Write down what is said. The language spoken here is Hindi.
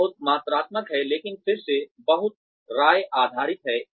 यह बहुत मात्रात्मक है लेकिन फिर से बहुत राय आधारित है